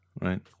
right